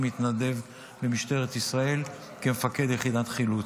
מתנדב במשטרת ישראל כמפקד יחידת חילוץ,